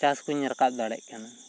ᱪᱟᱥ ᱠᱩᱧ ᱨᱟᱠᱟᱵ ᱫᱟᱲᱮᱜ ᱠᱟᱱᱟ